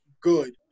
good